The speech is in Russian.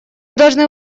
должны